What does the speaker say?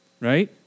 right